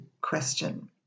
question